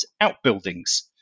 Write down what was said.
outbuildings